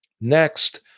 Next